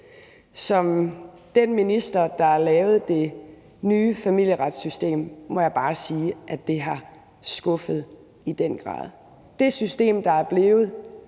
Som den minister, der lavede det nye familieretssystem, må jeg bare sige, at det i den grad har skuffet. Det system, der er blevet,